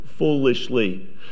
foolishly